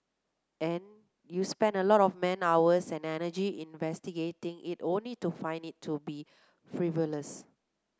and you spend a lot of man hours and energy investigating it only to find it to be frivolous